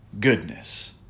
Goodness